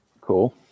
cool